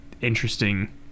interesting